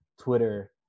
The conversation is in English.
Twitter